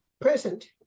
Present